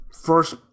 first